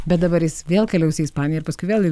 bet dabar jis vėl keliaus į ispaniją ir paskui vėl į